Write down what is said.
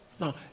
Now